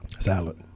Salad